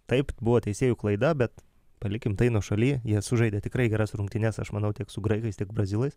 taip buvo teisėjų klaida bet palikim tai nuošaly jie sužaidė tikrai geras rungtynes aš manau tiek su graikais tiek brazilais